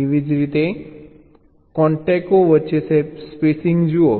એવી જ રીતે કોન્ટેકો વચ્ચે સ્પેસિંગ જુઓ